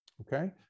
Okay